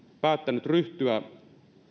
päättänyt ryhtyä